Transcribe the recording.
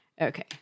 Okay